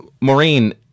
Maureen